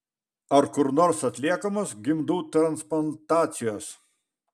ar kur nors atliekamos gimdų transplantacijos